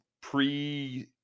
pre